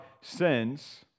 sins